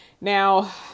now